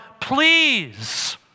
please